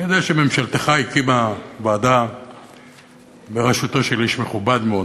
אני יודע שממשלתך הקימה ועדה בראשותו של איש מכובד מאוד,